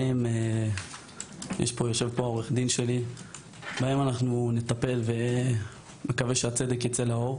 בהם אנחנו נטפל, ואני מקווה שהצדק יצא לאור.